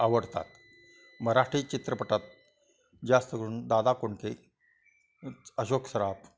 आवडतात मराठी चित्रपटात जास्त करून दादा कोंडके अशोक सराफ